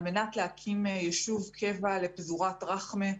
על מנת להקים יישוב קבע לפזורת רח'מה.